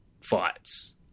fights